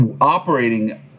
operating